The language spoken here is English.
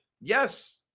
yes